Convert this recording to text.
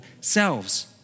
selves